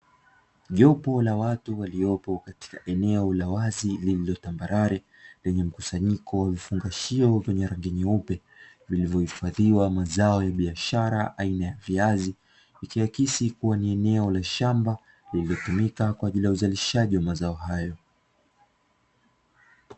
Jopo la watu waliopo katika eneo la wazi lililotambarare, lenye mkusanyiko wenyevifungashio vyenye rangi nyeupe, vilivyohifadhi mazao ya biashara aina ya viazi ikiakisi eneo la shamba lililotumika uzalishaji wa mazao hayo.